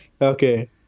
okay